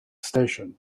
station